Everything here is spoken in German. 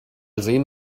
sehen